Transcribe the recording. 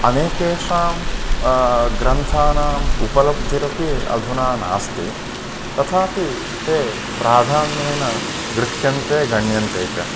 अनेकेषां ग्रन्थानाम् उपलब्धिरपि अधुना नास्ति तथापि ते प्राधान्येन गृह्यन्ते गण्यन्ते च